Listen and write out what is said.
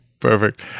Perfect